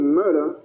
murder